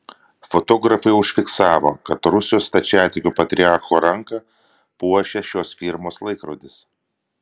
fotografai užfiksavo kad rusijos stačiatikių patriarcho ranką puošia šios firmos laikrodis